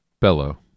bellow